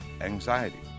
anxiety